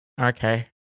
okay